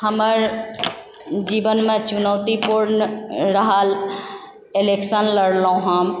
हमर जीवनमे चुनौतीपुर्ण रहल इलेक्शन लड़लहुँ हम